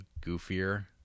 goofier